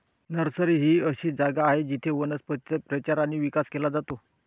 nursery ही अशी जागा आहे जिथे वनस्पतींचा प्रचार आणि विकास केला जातो